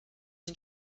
den